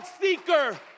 seeker